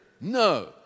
No